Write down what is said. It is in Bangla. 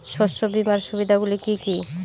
শস্য বীমার সুবিধা গুলি কি কি?